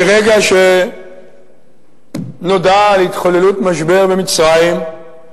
מרגע שנודע על התחוללות משבר במצרים,